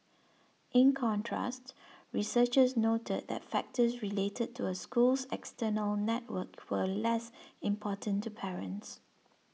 in contrast researchers noted that factors related to a school's external network were less important to parents